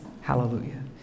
Hallelujah